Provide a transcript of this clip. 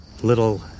little